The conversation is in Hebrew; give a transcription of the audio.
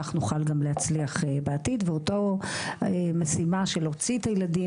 כך נוכל גם להצליח בעתיד ואותה משימה של להוציא את הילדים,